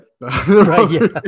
Right